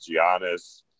Giannis